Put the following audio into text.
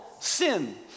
sin